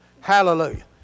Hallelujah